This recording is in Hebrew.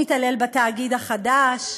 הוא מתעלל בתאגיד החדש.